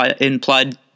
implied